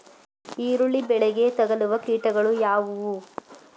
ಈರುಳ್ಳಿ ಬೆಳೆಗೆ ತಗಲುವ ಕೀಟಗಳು ಯಾವುವು?